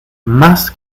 más